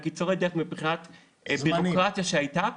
קיצורי דרך מבחינת בירוקרטיה שהייתה,